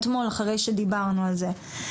הירדן.